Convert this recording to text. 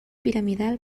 piramidal